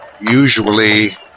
usually